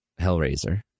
Hellraiser